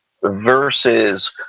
versus